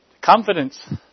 Confidence